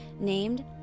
named